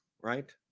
right